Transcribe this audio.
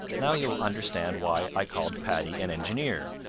now you will understand why i called paddy an engineer.